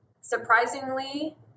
Surprisingly